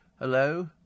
Hello